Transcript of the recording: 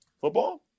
football